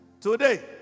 Today